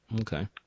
Okay